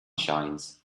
shines